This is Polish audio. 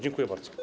Dziękuję bardzo.